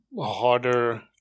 harder